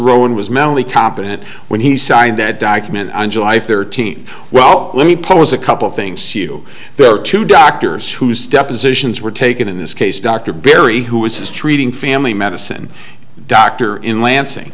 rowan was mentally competent when he signed that document on july thirteenth well let me pose a couple things you there are two doctors whose depositions were taken in this case dr berry who was his treating family medicine doctor in lansing